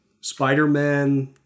spider-man